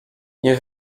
nie